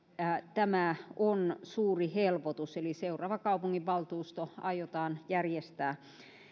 tämä on suuri helpotus eli seuraava kaupunginvaltuusto aiotaan järjestää